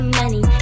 money